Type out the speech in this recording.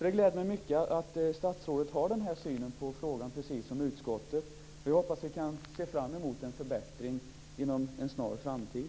Det gläder mig mycket att statsrådet har den här synen på frågan, precis som utskottet. Jag hoppas att vi kan se fram emot en förbättring inom en snar framtid.